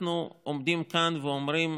אנחנו עומדים כאן ואומרים: